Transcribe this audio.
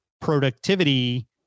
productivity